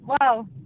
wow